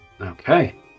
okay